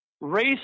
race